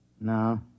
No